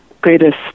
greatest